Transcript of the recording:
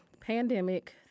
pandemic